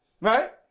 Right